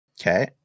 Okay